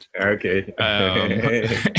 Okay